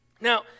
Now